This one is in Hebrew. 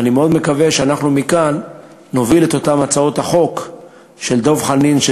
ואני מאוד מקווה שאנחנו מכאן נוביל את אותן הצעות חוק של דב חנין,